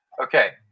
Okay